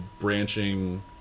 branching